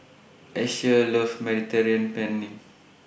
Asher loves Mediterranean Penne